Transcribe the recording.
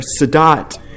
Sadat